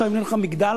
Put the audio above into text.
יבנו לך מגדל,